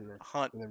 Hunt